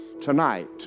tonight